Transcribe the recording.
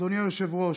אדוני היושב-ראש,